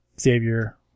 Xavier